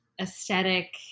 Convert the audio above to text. aesthetic